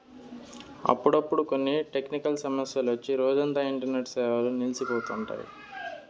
అప్పుడప్పుడు కొన్ని టెక్నికల్ సమస్యలొచ్చి రోజంతా ఇంటర్నెట్ సేవలు నిల్సి పోతండాయి